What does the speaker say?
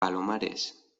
palomares